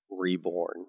reborn